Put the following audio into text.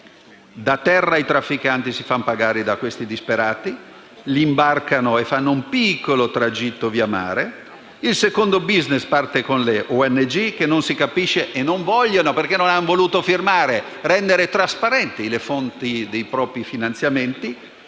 luogo, i trafficanti si fanno pagare da questi disperati, li imbarcano e fanno un piccolo tragitto via mare. Il secondo *business* parte con le ONG, che non si capisce perché non abbiano voluto firmare per rendere trasparenti le fonti dei propri finanziamenti,